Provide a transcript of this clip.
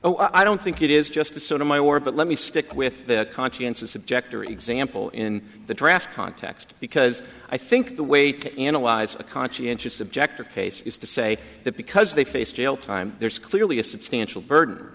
oh i don't think it is just sort of my war but let me stick with the conscientious objector example in the draft context because i think the way to analyze a conscientious objector case is to say that because they face jail time there's clearly a substantial burden